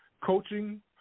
Coaching